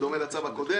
בדומה לצו הקודם.